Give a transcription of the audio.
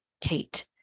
Kate